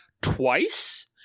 twice